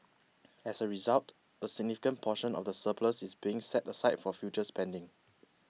as a result a significant portion of the surplus is being set aside for future spending